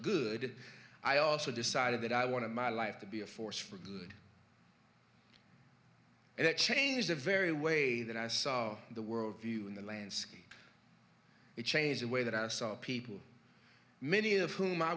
good i also decided that i wanted my life to be a force for good and it changed the very way that i saw the world view and the landscape it changed the way that i saw people many of whom i